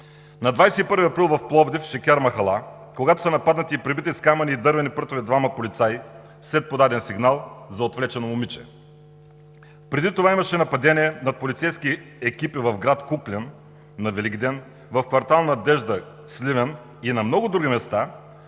На 21 април в Пловдив – Шекер махала, когато са нападнати и пребити с камъни и дървени прътове двама полицаи след подаден сигнал за отвлечено момиче. Преди това имаше нападение над полицейски екипи в град Куклен, на Великден в квартал „Надежда“ – Сливен, и на много други места,